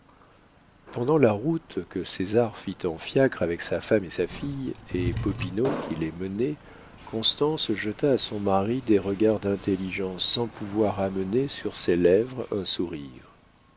pendant la route que césar fit en fiacre avec sa femme et sa fille et popinot qui les menait constance jeta à son mari des regards d'intelligence sans pouvoir amener sur ses lèvres un sourire